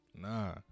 Nah